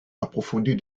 approfondie